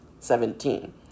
Seventeen